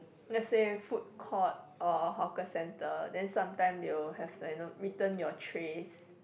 let's say food court or hawker centre then sometime they will have like you know return your trays